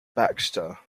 baxter